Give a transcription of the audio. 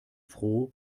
froh